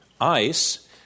ice